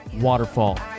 waterfall